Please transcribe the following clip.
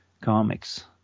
comics